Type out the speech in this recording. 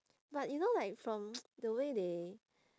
but you know like from the way they